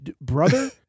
brother